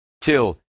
Till